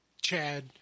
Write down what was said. Chad